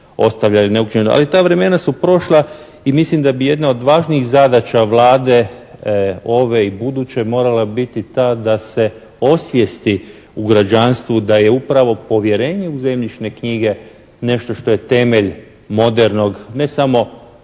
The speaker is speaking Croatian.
razumije./…, ali ta vremena su prošla i mislim da bi jedna od važnijih zadaća Vlade ove i buduće morala biti ta da se osvijesti u građanstvu da je upravo povjerenje u zemljišne knjige nešto što je temelj modernog ne samo